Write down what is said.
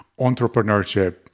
entrepreneurship